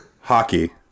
hockey